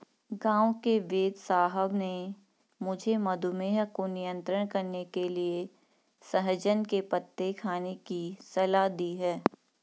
गांव के वेदसाहब ने मुझे मधुमेह को नियंत्रण करने के लिए सहजन के पत्ते खाने की सलाह दी है